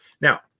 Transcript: Now